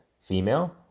female